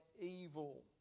evil